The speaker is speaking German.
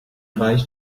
reicht